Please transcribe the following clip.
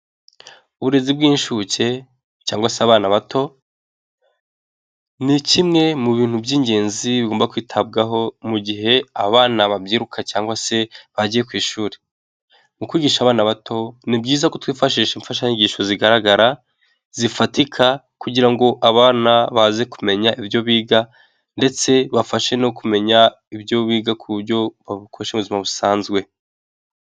Uburezi bw'inshuke cyangwa se abananbato, ni kimwe mu bintu by'ingenzi bigomba kwitabwaho mu gihe abana babyiruka cyangwa se bagiye ku ishuri. Mu kwigisha abana bato ni byiza ko twifashisha imfashanyigisho zigaragara, zifatika, kugira ngo abana baze kumenya ibyo biga ndetse bibafashe no kumenya ibyo biga ku byo bakoresha mu buzima busanzwe.